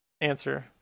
answer